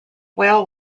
whale